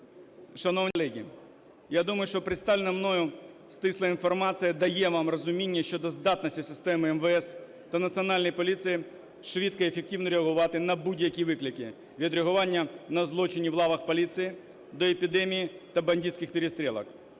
Шановні колеги, я думаю, що представлена мною стисла інформація дає вам розуміння щодо здатності системи МВС та Національної поліції швидко й ефективно реагувати на будь-які виклики від реагування на злочини в лавах поліції до епідемії та бандитських перестрілок.